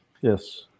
Yes